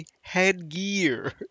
headgear